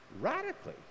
radically